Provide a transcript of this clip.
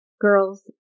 Girls